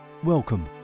Welcome